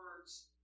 words